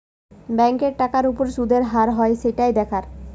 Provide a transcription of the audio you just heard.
ব্যাংকে টাকার উপর শুদের হার হয় সেটাই দেখার